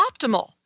optimal